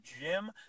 gym